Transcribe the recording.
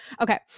Okay